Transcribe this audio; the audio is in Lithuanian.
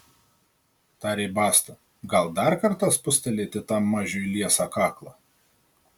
tarė basta gal dar kartą spustelėti tam mažiui liesą kaklą